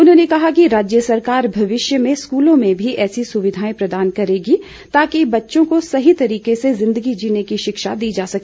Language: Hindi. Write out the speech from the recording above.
उन्होने कहा कि राज्य सरकार भविष्य में स्कूलों में भी ऐसी सुविधा प्रदान करेगी ताकि बच्चों को सही तरीके से जिन्दगी जिने की शिक्षा दी जा सके